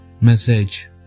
message